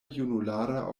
junulara